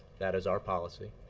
that is our policy.